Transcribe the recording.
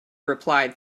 replied